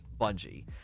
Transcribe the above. Bungie